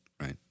right